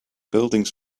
buildings